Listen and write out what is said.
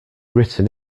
written